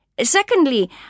Secondly